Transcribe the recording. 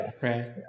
right